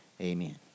Amen